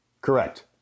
Correct